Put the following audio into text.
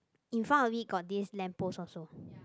in front of it got this lamp post also